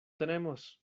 tenemos